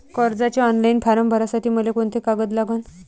कर्जाचे online form भरासाठी मले कोंते कागद लागन?